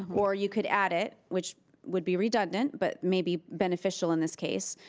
or you could add it, which would be redundant but maybe beneficial in this case,